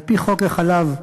על-פי חוק תכנון משק החלב,